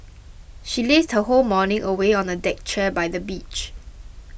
she lazed her whole morning away on a deck chair by the beach